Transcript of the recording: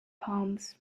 palms